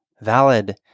valid